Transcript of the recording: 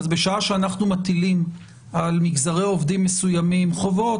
אז בשעה שאנחנו מטילים על מגזרי עובדים מסוימים חובות,